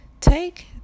Take